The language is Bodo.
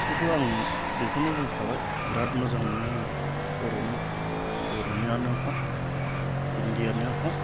खौथ' आं बेखौनो बुंखाबाय बिराद मोजां मोनो आङो बर'नि बर'नियानो हख हिन्दीआनो हख